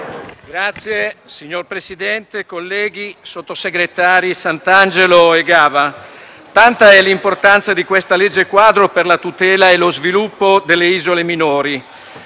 Signor Presidente, colleghi, sottosegretari Santangelo e Gava, tanta è l'importanza di questa legge quadro per la tutela e lo sviluppo delle isole minori.